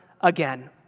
again